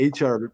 HR